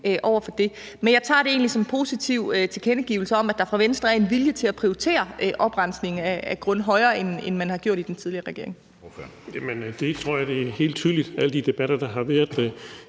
over for det. Men jeg tager det egentlig som en positiv tilkendegivelse af, at der fra Venstre er en vilje til at prioritere oprensning af grunde højere, end man har gjort i den tidligere regering. Kl. 13:17 Anden næstformand (Jeppe Søe): Ordføreren.